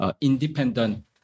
independent